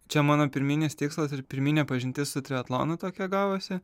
čia mano pirminis tikslas ir pirminė pažintis su triatlonu tokia gavosi